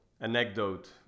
anecdote